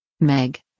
Meg